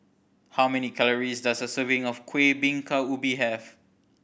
how many calories does a serving of Kuih Bingka Ubi have